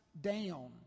down